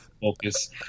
focus